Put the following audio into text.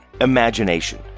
Imagination